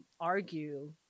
argue